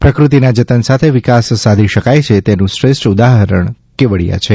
પ્રકૃતિના જતન સાથે વિકાસ સાધી શકાય છે તેનું શ્રેષ્ઠ ઉદાહરણ કેવડિયા છે